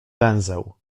węzeł